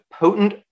potent